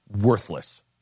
worthless